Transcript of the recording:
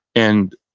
and